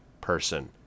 person